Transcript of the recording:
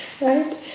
right